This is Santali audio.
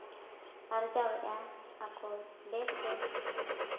ᱟᱨᱡᱟᱣᱮᱫᱼᱟ ᱟᱠᱚ ᱵᱮᱥ ᱵᱮᱥ